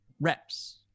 reps